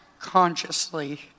Consciously